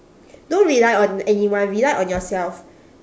don't rely on anyone rely on yourself